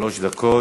שלוש דקות.